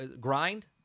Grind